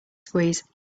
squeeze